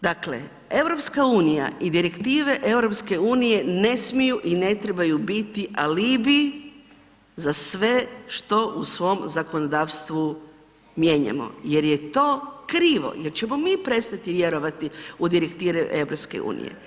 Dakle, EU i direktive EU ne smiju i ne trebaju biti alibi za sve što u svom zakonodavstvu mijenjamo jer je to krivo jer ćemo mi prestati vjerovati u direktive EU.